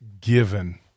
given